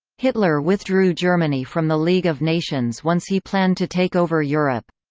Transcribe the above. hitler withdrew germany from the league of nations once he planned to take over europe.